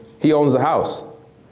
he owns the house.